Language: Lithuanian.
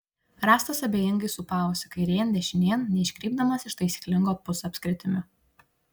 rąstas abejingai sūpavosi kairėn dešinėn neiškrypdamas iš taisyklingo pusapskritimio